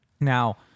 Now